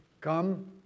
Come